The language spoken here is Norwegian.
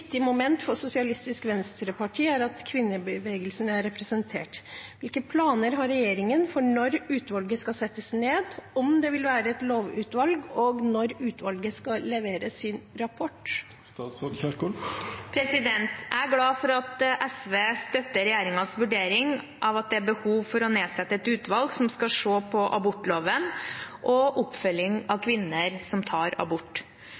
moment for SV er at kvinnebevegelsen er representert. Hvilke planer har regjeringen for når utvalget skal settes ned, om det vil være et lovutvalg, og når utvalget skal levere sin rapport?» Jeg er glad for at SV støtter regjeringens vurdering av at det er behov for å nedsette et utvalg som skal se på abortloven og oppfølging av kvinner som tar abort.